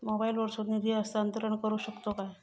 मोबाईला वर्सून निधी हस्तांतरण करू शकतो काय?